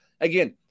again